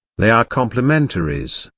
they are complementaries,